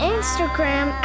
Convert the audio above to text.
Instagram